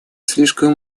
слишком